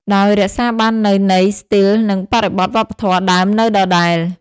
ដោយរក្សាបាននូវន័យ ស្ទីល និងបរិបទវប្បធម៌ដើមនៅដដែល។